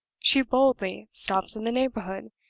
she boldly stops in the neighborhood,